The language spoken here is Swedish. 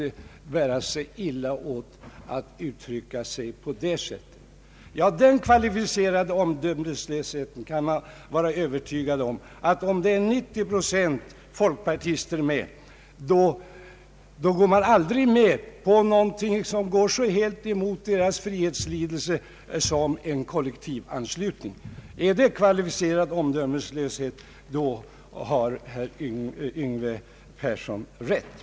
Man kan vara övertygad om att om 90 procent folkpartister är med i en organisation går dessa aldrig med på någonting som går så helt emot deras frihetslidelse som en kollektivanslutning. Är det ”kvalificerad omdömeslöshet” har herr Yngve Persson rätt.